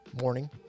morning